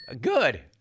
Good